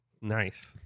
Nice